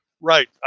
Right